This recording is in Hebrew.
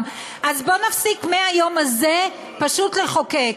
אז בוא נפסיק מהיום הזה פשוט לחוקק,